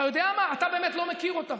אתה יודע מה, אתה באמת לא מכיר אותה.